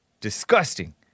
Disgusting